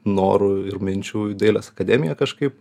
norų ir minčių į dailės akademiją kažkaip